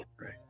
Right